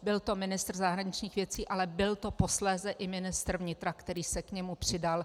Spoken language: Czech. Byl to ministr zahraničních věcí, ale byl to posléze i ministr vnitra, který se k němu přidal.